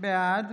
בעד